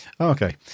okay